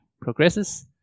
progresses